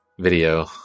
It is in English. video